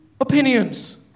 opinions